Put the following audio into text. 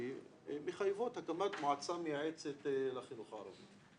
מחייבות הקמת מועצה מייעצת לחינוך הערבי.